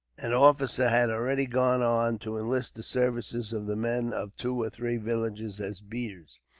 an officer had already gone on, to enlist the services of the men of two or three villages as beaters.